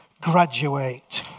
graduate